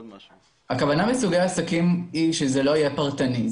הכוונה בסוגי עסקים היא שזה לא יהיה פרטני.